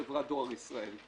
חברת דואר ישראל.